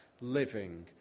living